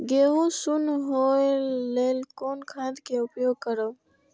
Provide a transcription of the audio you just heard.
गेहूँ सुन होय लेल कोन खाद के उपयोग करब?